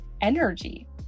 energy